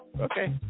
Okay